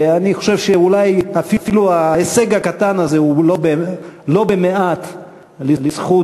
אני חושב שאולי אפילו ההישג הקטן הזה הוא לא מעט בזכות